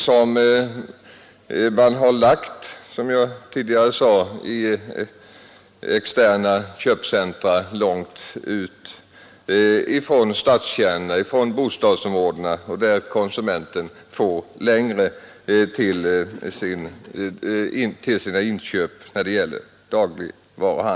Stormarknaderna har man, som jag tidigare sade, lagt i externa köpcentra långt från stadskärnorna och bostadsområdena. Konsumenten får därigenom längre väg vid sina inköp av dagligvaror.